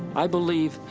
i believe,